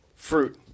Fruit